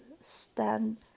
stand